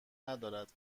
ندارد